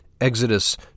Exodus